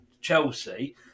Chelsea